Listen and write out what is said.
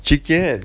chee ken